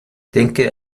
denke